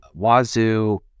Wazoo